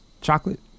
chocolate